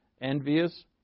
envious